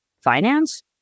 finance